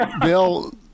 Bill